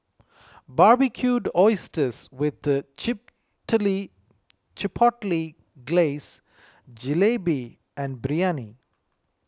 Barbecued Oysters with the Chipotle Glaze Jalebi and Biryani